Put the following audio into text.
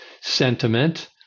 sentiment